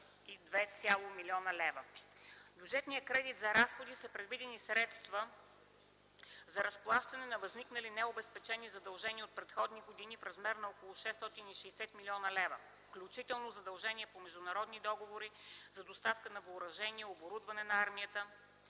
бюджетния кредит за разходи са предвидени средства за: разплащане на възникнали необезпечени задължения от предходни години в размер на около 660 млн. лв. (вкл. задължения по международни договори за доставка на въоръжение и оборудване на армията,